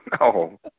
No